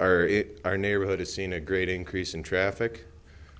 our neighborhood is seeing a great increase in traffic